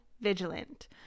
Vigilant